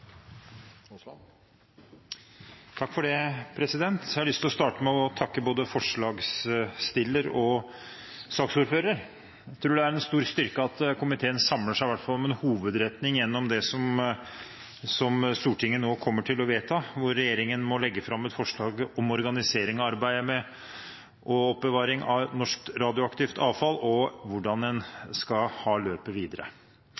plan for avfallshåndtering og finansiering. Jeg har lyst til å starte med å takke både forslagsstilleren og saksordføreren. Jeg tror det er en stor styrke at komiteen samler seg i hvert fall om en hovedretning gjennom det som Stortinget nå kommer til å vedta, hvor regjeringen må legge fram et forslag om organisering av arbeidet med oppbevaring av norsk radioaktivt avfall og